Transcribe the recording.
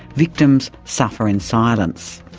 victims suffer in silence.